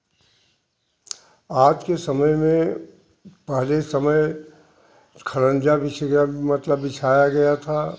आज के समय में पहले समय खरंजा बिछ गया मतलब बिछाया गया था